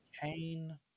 Kane